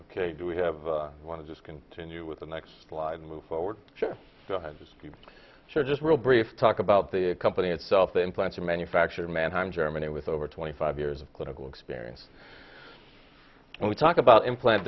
ok do we have want to just continue with the next slide and move forward sure sure just real brief talk about the company itself the implants or manufacture mannheim germany with over twenty five years of clinical experience when we talk about implant